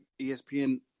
ESPN